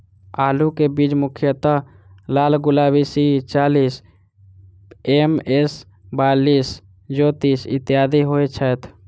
आलु केँ बीज मुख्यतः लालगुलाब, सी चालीस, एम.एस बयालिस, ज्योति, इत्यादि होए छैथ?